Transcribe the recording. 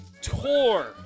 tour